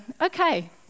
okay